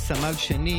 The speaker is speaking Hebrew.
נתקבלה.